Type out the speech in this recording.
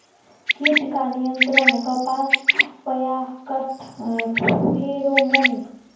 कीट का नियंत्रण कपास पयाकत फेरोमोन?